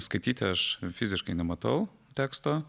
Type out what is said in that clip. skaityti aš fiziškai nematau teksto